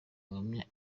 ubuhamya